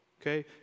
Okay